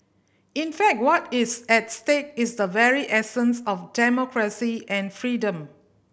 in fact what is at stake is the very essence of democracy and freedom